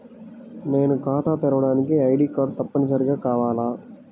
నేను ఖాతా తెరవడానికి ఐ.డీ కార్డు తప్పనిసారిగా కావాలా?